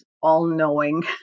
all-knowing